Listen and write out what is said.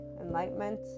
enlightenment